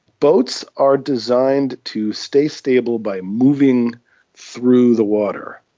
boats are designed to stay stable by moving through the water,